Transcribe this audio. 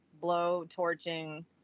blow-torching